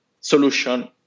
solution